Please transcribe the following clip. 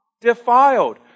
defiled